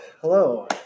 hello